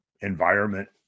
environment